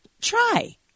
try